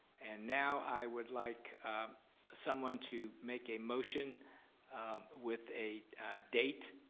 and now i would like someone to make a motion with a date,